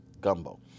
gumbo